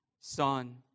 son